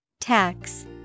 Tax